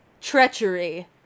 treachery